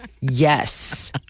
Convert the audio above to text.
Yes